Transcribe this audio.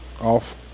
off